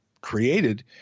created